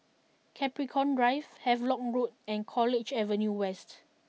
Capricorn Drive Havelock root and College Avenue West